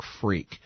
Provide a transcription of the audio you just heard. freak